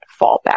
fallback